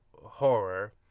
horror